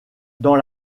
dans